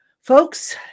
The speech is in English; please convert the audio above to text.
folks